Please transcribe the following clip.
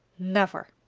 never!